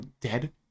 dead